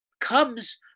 comes